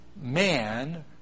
man